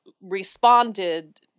responded